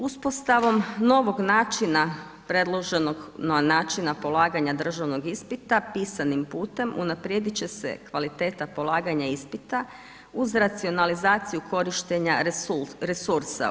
Uspostavom novog načina, predloženog načina polaganja državnog ispita, pisanim putem, unaprijediti će se kvaliteta polaganja ispita, uz racionalizaciju korištenja resursa.